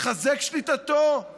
מחזק שליטתו.